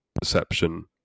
perception